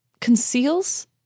Conceals